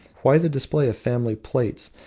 why the display of family plates,